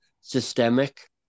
systemic